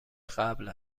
قبل